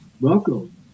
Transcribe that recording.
Welcome